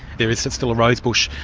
there is still a rosebush,